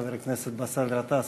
חבר הכנסת באסל גטאס.